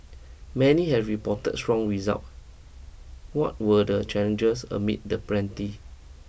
many have reported strong result what were the challenges amid the plenty